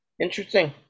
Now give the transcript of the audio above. Interesting